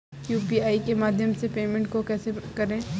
UPI के माध्यम से पेमेंट को कैसे करें?